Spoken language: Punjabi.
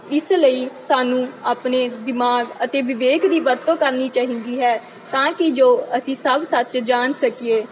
ਇਸ ਲਈ ਸਾਨੂੰ ਆਪਣੇ ਦਿਮਾਗ ਅਤੇ ਵਿਵੇਕ ਦੀ ਵਰਤੋਂ ਕਰਨੀ ਚਾਹੀਦੀ ਹੈ ਤਾਂ ਕਿ ਜੋ ਅਸੀਂ ਸਭ ਸੱਚ ਜਾਣ ਸਕੀਏ